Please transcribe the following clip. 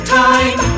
time